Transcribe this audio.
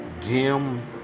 gym